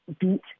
beat